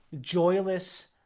joyless